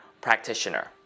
Practitioner